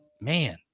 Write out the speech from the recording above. man